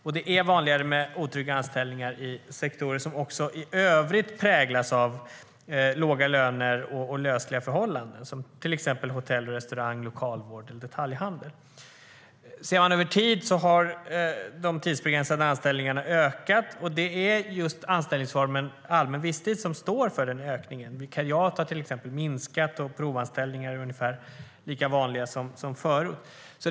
Och det är vanligare med otrygga anställningar i sektorer som i övrigt präglas av låga löner och lösliga förhållanden, till exempel hotell och restaurang, lokalvården och detaljhandeln. Sett över tid har de tidsbegränsade anställningarna ökat, och det är just anställningsformen allmän visstid som står för ökningen. Vikariat har till exempel minskat, och provanställningar är ungefär lika vanliga som tidigare.